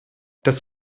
das